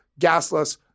gasless